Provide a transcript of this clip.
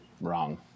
Wrong